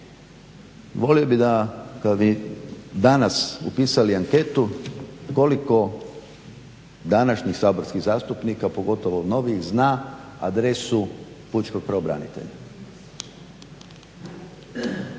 Volio bih kad bi danas upisali anketu koliko današnjih saborskih zastupnika pogotovo novijih zna adresu pučkog pravobranitelja,